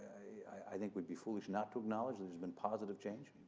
i think we'd be foolish not to acknowledge there's been positive change.